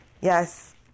yes